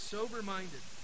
Sober-minded